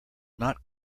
not